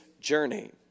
journey